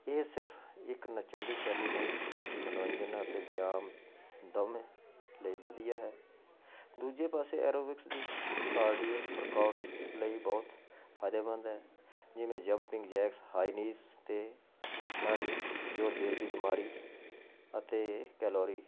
ਇਹ ਸਿਰਫ਼ ਇੱਕ ਨੱਚਣ ਦੀ ਸ਼ੈਲੀ ਨਹੀਂ ਬਲਕਿ ਮਨੋਰੰਜਨ ਅਤੇ ਵਿਆਮ ਦੋਵੇਂ ਲਈ ਵਧੀਆ ਹੈ ਦੂਜੇ ਪਾਸੇ ਐਰੋਬਿਕਸ ਦੀ ਕਾਰਡੀਓ ਵਰਕਔਟ ਲਈ ਬਹੁਤ ਫ਼ਾਇਦੇਮੰਦ ਹੈ ਜਿਵੇਂ ਜੰਪਿੰਗ ਜੈਕਸ ਹਾਈ ਨੀਸ ਅਤੇ ਲੰਗਜ ਜੋ ਦਿਲ ਦੀ ਬਿਮਾਰੀ ਅਤੇ ਕੈਲੋਰੀ